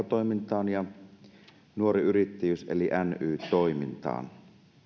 toimintaan ja nuori yrittäjyys eli ny toimintaan